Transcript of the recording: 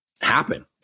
happen